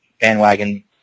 bandwagon